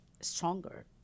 stronger